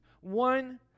One